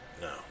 No